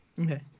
Okay